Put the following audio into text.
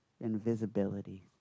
Invisibility